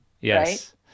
Yes